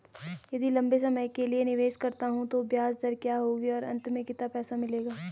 यदि लंबे समय के लिए निवेश करता हूँ तो ब्याज दर क्या होगी और अंत में कितना पैसा मिलेगा?